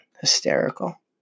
Hysterical